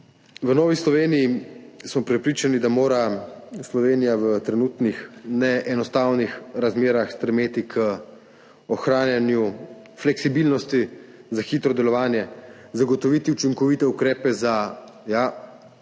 v Novi Sloveniji smo prepričani, da mora Slovenija v trenutnih, ne enostavnih razmerah stremeti k ohranjanju fleksibilnosti za hitro delovanje, zagotoviti učinkovite ukrepe za, ja,